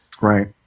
Right